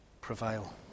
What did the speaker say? prevail